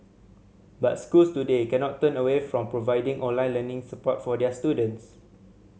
but schools today cannot turn away from providing online learning support for their students